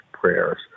prayers